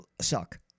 Suck